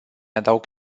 adaug